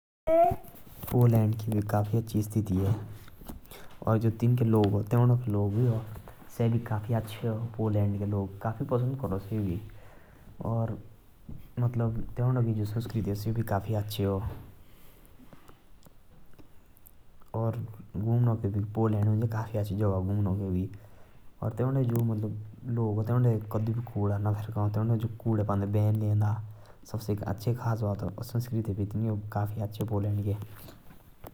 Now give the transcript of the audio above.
पोलैंड के भी काफी अच्छा संस्कृति आ। भारत के लोग काफी अच्छा मान तिनके संस्कृति। और तौंड़े घुम्णा के काफी अच्छा जगह आ।